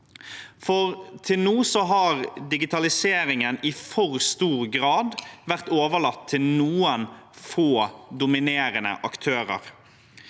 Til nå har digitaliseringen i for stor grad vært overlatt til noen få dominerende aktører.